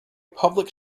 public